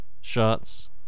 shots